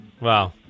Wow